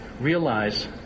realize